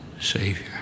Savior